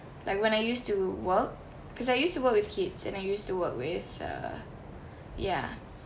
like when I used to work because I used to work with kids and I used to work with uh ya